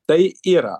tai yra